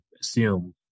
assume